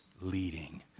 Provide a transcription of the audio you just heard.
leading